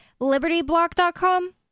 LibertyBlock.com